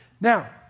Now